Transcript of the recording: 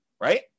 right